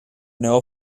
nuevo